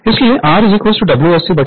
इसलिए R WSC Isc2 करेंगे